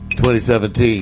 2017